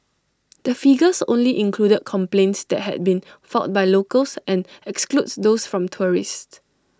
the figures only included complaints that had been filed by locals and excludes those from tourists